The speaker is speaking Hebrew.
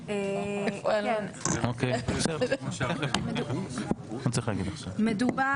אם הוועדה הזאת תחליט שכן מדובר בנושא חדש מדובר